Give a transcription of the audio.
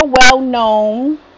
well-known